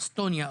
אסטוניה,